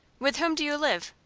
with whom do you live?